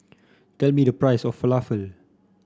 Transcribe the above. tell me the price of Falafel